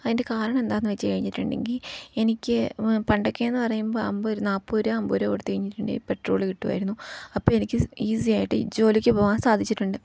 അതിൻ്റെ കാരണം എന്താണെന്നു വെച്ചു കഴിഞ്ഞിട്ടുണ്ടെങ്കിൽ എനിക്ക് പണ്ടൊക്കെയെന്നു പറയുമ്പോൾ അൻപത് നാൽപത് രൂപ അൻപത് രൂപ കൊടുത്തു കഴിഞ്ഞിട്ടുണ്ടെങ്കിൽ പെട്രോൾ കിട്ടുമായിരുന്നു അപ്പോൾ എനിക്ക് ഈസി ആയിട്ട് ജോലിക്കു പോകാൻ സാധിച്ചിട്ടുണ്ട്